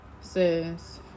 says